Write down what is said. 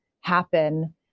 happen